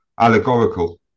allegorical